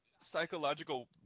psychological